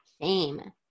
Shame